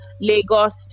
lagos